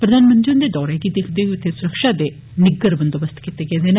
प्रघानमंत्री हुन्दे दौरे गी दिक्खदे होई उत्थै सुरक्षा दे निग्गर बंदोबस्त कीते गेदे न